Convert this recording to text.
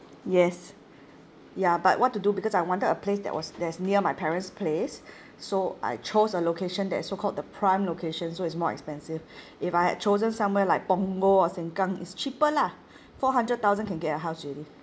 yes ya but what to do because I wanted a place that was that's near my parents' place so I chose a location that's so called the prime location so it's more expensive if I had chosen somewhere like punggol or sengkang it's cheaper lah four hundred thousand can get a house already